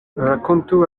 rakontu